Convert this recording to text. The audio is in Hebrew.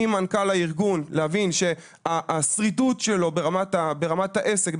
ממנכ"ל הארגון להבין שהשרידות שלו ברמת העסק,